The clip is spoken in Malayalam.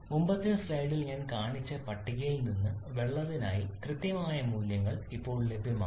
മുമ്പത്തെ സ്ലൈഡിൽ ഞാൻ കാണിച്ച പട്ടികയിൽ നിന്ന് വെള്ളത്തിനായി കൃത്യമായ മൂല്യങ്ങൾ ഇപ്പോൾ ലഭ്യമാണ്